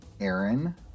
aaron